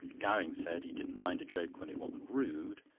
gowing said he didn't mind a joke when it wasn't rude,